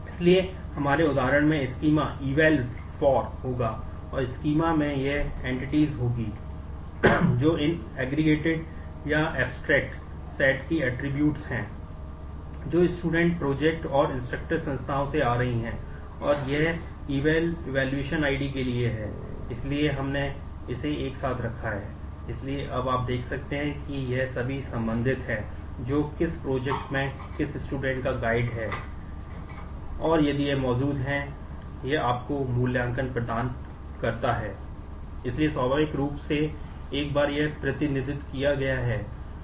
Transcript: इसलिए हमारे उदाहरण में स्कीमा है और यदि यह मौजूद है तो यह आपको मूल्यांकन प्रदान करता है